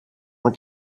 want